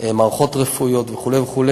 מערכות רפואיות וכו' וכו',